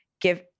give